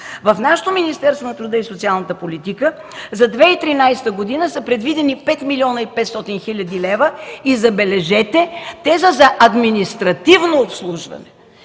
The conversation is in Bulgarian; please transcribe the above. В нашето Министерство на труда и социалната политика за 2013 г. са предвидени 5 млн. 500 хил. лв., и, забележете – те са за административно обслужване.